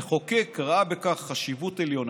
המחוקק ראה בכך חשיבות עליונה,